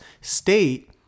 state